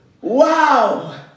Wow